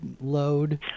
load